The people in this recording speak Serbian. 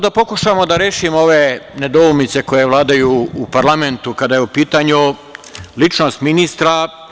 Da pokušamo da rešimo ove nedoumice koje vladaju u parlamentu kada je u pitanju ličnost ministra.